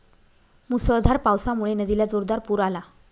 मुसळधार पावसामुळे नदीला जोरदार पूर आला